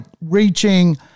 reaching